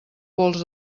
pols